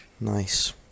Nice